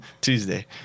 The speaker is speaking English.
Tuesday